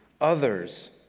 others